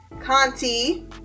Conti